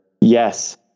yes